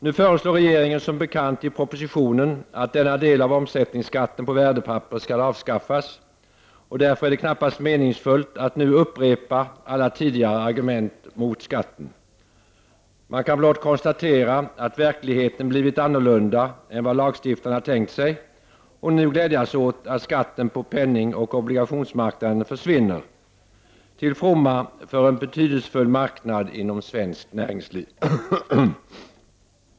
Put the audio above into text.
Nu föreslår regeringen som bekant i propositionen att denna del av omsättningsskatten på värdepapper skall avskaffas, och därför är det knappast meningsfullt att nu upprepa alla tidigare argument mot skatten. Man kan blott konstatera att verkligheten blivit annorlunda än vad lagstiftarna tänkt sig och nu glädjas åt att skatten på penningoch obligationsmarknaden försvinner till fromma för en betydelsefull marknad inom svenskt näringsliv.